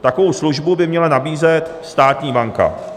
Takovou službu by měla nabízet státní banka.